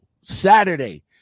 Saturday